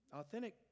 Authentic